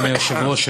אדוני היושב-ראש,